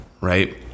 right